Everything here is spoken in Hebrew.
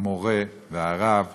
המורה והרב לתלמיד.